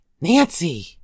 Nancy